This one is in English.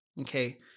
Okay